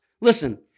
Listen